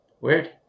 weird